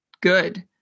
good